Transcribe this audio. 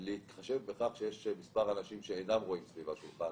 להתחשב בכך שיש מספר אנשים שאינם רואים סביב השולחן